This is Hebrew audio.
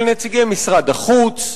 של נציגי משרד החוץ,